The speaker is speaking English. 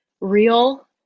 real